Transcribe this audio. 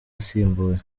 asimbuye